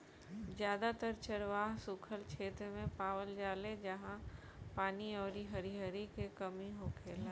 जादातर चरवाह सुखल क्षेत्र मे पावल जाले जाहा पानी अउरी हरिहरी के कमी होखेला